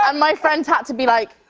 um my friend had to be like.